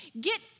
Get